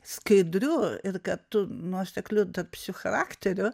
skaidriu ir kartu nuosekliu darbščiu charakteriu